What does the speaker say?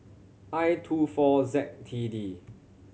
I two four Z T D